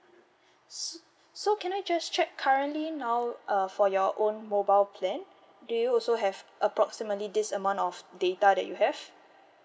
s~ so can I just check currently now uh for your own mobile plan do you also have approximately this amount of data that you have